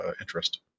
interest